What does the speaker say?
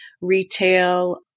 retail